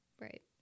Right